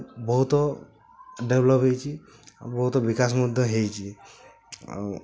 ବହୁତ ଡେଭଲପ୍ ହେଇଛି ଆଉ ବହୁତ ବିକାଶ ମଧ୍ୟ ହେଇଛି ଆଉ